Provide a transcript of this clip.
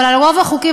אבל רוב החוקים,